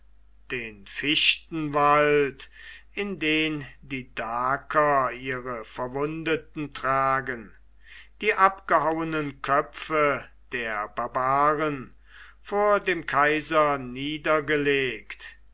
den fichtenwald in den die daker ihre verwundeten tragen die abgehauenen köpfe der barbaren vor dem kaiser